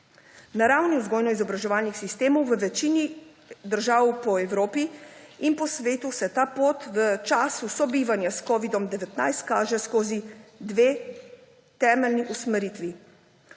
Na ravni vzgojno-izobraževalnih sistemov v večini držav se po Evropi in po svetu ta pot v času sobivanja s covidom-19 kaže skozi dve temeljni usmeritvi: